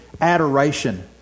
adoration